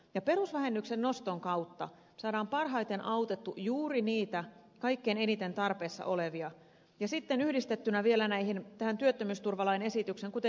ja perusvähennyksen noston kautta saadaan parhaiten autettua juuri niitä kaikkein eniten tarpeessa olevia ja sitten yhdistettynä vielä tähän työttömyysturvalain esitykseen kuten ed